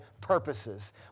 purposes